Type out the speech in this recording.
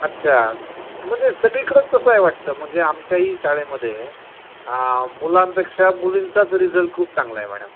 अच्छा म्हणजे सगळीकडंच तसं आहे वाटतं म्हणजे आमच्याही शाळेमध्ये आ मुलांपेक्षा मुलींचाच रीजल्ट खूप चांगला आहे मॅडम